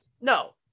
No